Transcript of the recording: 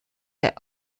der